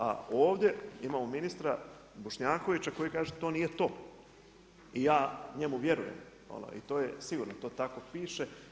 A ovdje imamo ministra Bošnjakovića koji kaže to nije to i ja njemu vjerujem i to je sigurno, to tako piše.